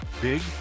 Big